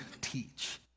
teach